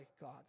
God